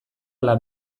ala